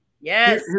Yes